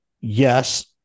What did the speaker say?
yes